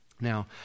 now